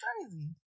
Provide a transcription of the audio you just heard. crazy